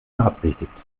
beabsichtigt